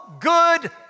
good